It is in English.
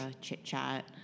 chit-chat